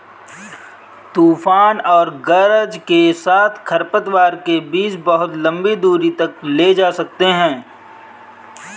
तूफान और गरज के साथ खरपतवार के बीज बहुत लंबी दूरी तक ले जा सकते हैं